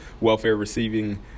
welfare-receiving